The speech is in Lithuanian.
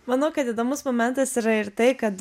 manau kad įdomus momentas yra ir tai kad